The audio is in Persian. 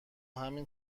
همین